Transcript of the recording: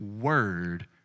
word